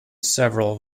several